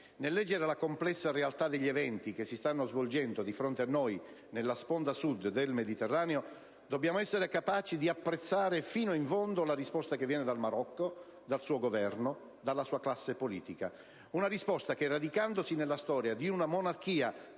nel leggere la complessa realtà degli eventi che si stanno svolgendo di fronte a noi nella sponda Sud del Mediterraneo dobbiamo essere capaci di apprezzare fino in fondo la risposta che viene dal Marocco, dal suo Governo e dalla sua classe politica, una risposta che, radicandosi nella storia di una monarchia